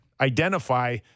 identify